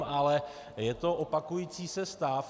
Ale je to opakující se stav.